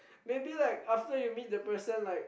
maybe like after you meet the person like